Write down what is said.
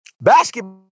Basketball